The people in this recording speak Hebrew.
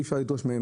אי אפשר לדרוש מהם